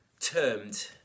termed